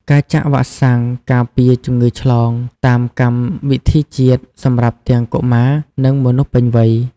ការចាក់វ៉ាក់សាំងការពារជំងឺឆ្លង តាមកម្មវិធីជាតិ សម្រាប់ទាំងកុមារ និងមនុស្សពេញវ័យ។